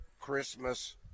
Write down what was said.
christmas